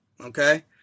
Okay